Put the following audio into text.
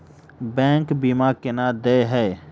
Bank बीमा केना देय है?